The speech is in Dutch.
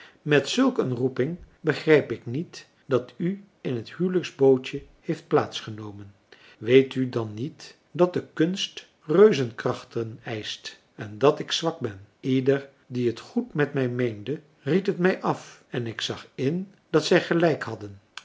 met zulk een roeping begrijp ik niet marcellus emants een drietal novellen dat u in het huwelijksbootje heeft plaats genomen weet u dan niet dat de kunst reuzenkrachten eischt en dat ik zwak ben ieder die t goed met mij meende ried het mij af en ik zag in dat zij gelijk hadden